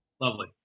Lovely